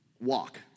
walk